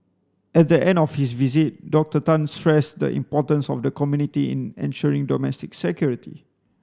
at the end of his visit Doctor Tan stressed the importance of the community in ensuring domestic security